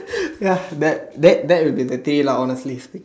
ya that that that is the day lah honestly speaking